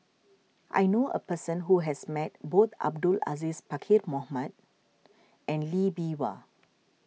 I know a person who has met both Abdul Aziz Pakkeer Mohamed and Lee Bee Wah